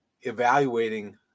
evaluating